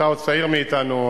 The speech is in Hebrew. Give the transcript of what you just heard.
אתה עוד צעיר מאתנו,